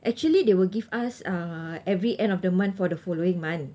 actually they will give us uh every end of the month for the following month